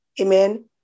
Amen